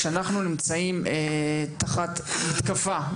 כשאנחנו נמצאים תחת מתקפה,